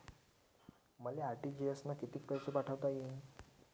मले आर.टी.जी.एस न कितीक पैसे पाठवता येईन?